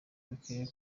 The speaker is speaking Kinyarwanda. dukwiriye